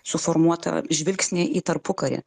suformuotą žvilgsnį į tarpukarį